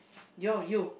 your you